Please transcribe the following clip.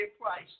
price